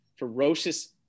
ferocious